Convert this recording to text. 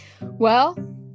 Well-